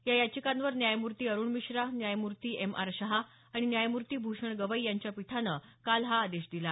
या याचिकांवर न्यायमूर्ती अरुण मिश्रा न्यायमूर्ती एम आर शाह आणि न्यायमूर्ती भूषण गवई यांच्या पीठानं काल हा आदेश दिला